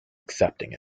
accepting